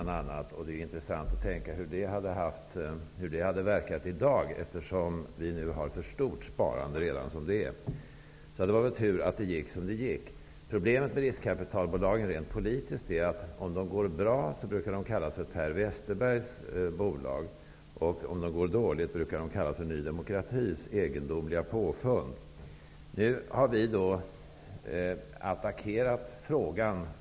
Det är intressant att tänka sig hur det skulle ha verkat i dag, eftersom vi nu har ett för stort sparande. Det var väl tur att det gick som det gick. Problemet med riskkapitalbolagen rent politiskt är att om de går bra brukar de kallas för Per Westerbergs bolag, men om de går dåligt brukar de kallas för Ny demokratis egendomliga påfund. Nu har vi attackerat frågan.